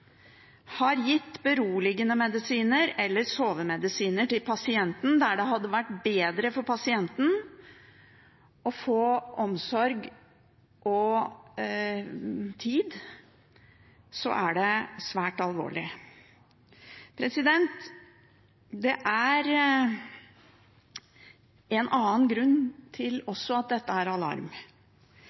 har gitt pasienten beroligende medisiner eller sovemedisiner der det hadde vært bedre for pasienten å få omsorg og tid, er det svært alvorlig. Det er også en annen grunn til at dette er